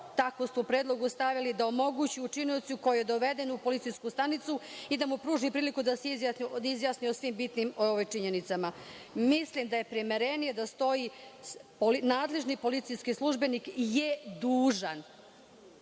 tako ste u predlogu stavili, da omogući učiniocu koji je doveden u policijsku stanicu pruži priliku da se izjasni o svim bitnim činjenicama. Mislim da je primerenije da stoji – nadležni policijski službenik je dužan